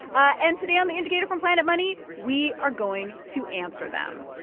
ah and today on the indicator from planet money, we are going to answer them.